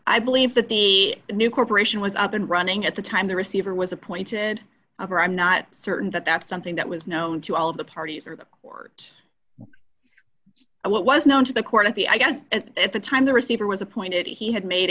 i believe that the new corporation was up and running at the time the receiver was appointed or i'm not certain that that's something that was known to all of the parties or the court what was known to the court at the i guess at the time the receiver was appointed he had made